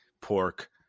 pork